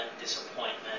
disappointment